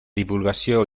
divulgació